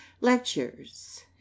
Lectures